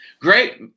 great